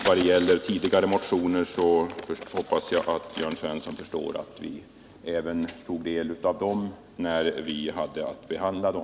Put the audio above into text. Vad gäller tidigare motioner hoppas jag att Jörn Svensson förstår att vi tog del av dem då vi hade att behandla dem.